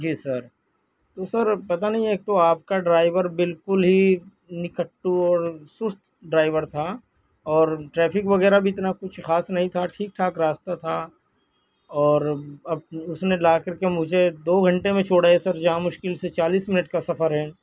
جی sir تو sir پتا نہیں ایک تو آپ کا ڈرائیور بالکل ہی نکھٹو اور سست ڈرائیور تھا اور ٹریفک وغیرہ بھی اتنا کچھ خاص نہیں تھا ٹھیک ٹھاک راستہ تھا اور اس نے لا کر کے مجھے دو گھنٹے میں چھوڑا ہے سر جہاں مشکل سے چالیس منٹ کا سفر ہے